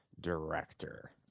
director